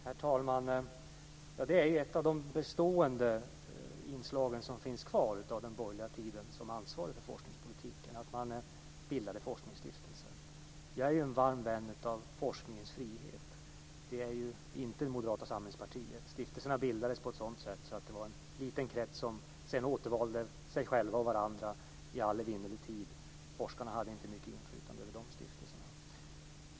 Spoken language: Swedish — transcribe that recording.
Herr talman! Det är ett av de bestående inslag som finns kvar från den tiden de borgerliga var ansvariga för forskningspolitiken. Man bildade forskningsstiftelser. Jag är en varm vän av forskningens frihet. Det är inte Moderata samlingspartiet. Stiftelserna bildades på sådant sätt att det var en liten krets som återvalde sig själva och varandra i all evinnerlig tid. Forskarna hade inte mycket inflytande över de stiftelserna.